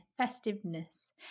festiveness